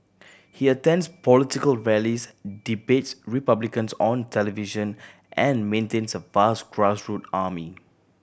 he attends political rallies debates Republicans on television and maintains a vast army